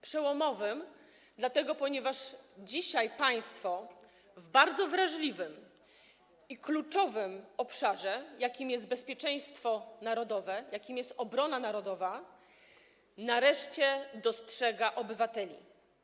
Przełomowym, ponieważ dzisiaj państwo w bardzo wrażliwym i kluczowym obszarze, jakim jest bezpieczeństwo narodowe, jakim jest obrona narodowa, nareszcie dostrzega obywateli.